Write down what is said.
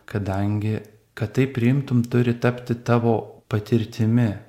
kadangi kad tai priimtum turi tapti tavo patirtimi